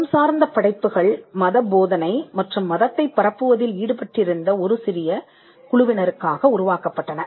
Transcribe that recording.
மதம் சார்ந்த படைப்புகள் மத போதனை மற்றும் மதத்தைப் பரப்புவதில் ஈடுபட்டிருந்த ஒரு சிறிய குழுவினருக்காக உருவாக்கப்பட்டன